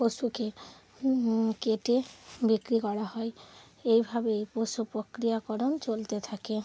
পশুকে কেটে বিক্রি করা হয় এইভাবে পশু প্রক্রিয়াকরণ চলতে থাকে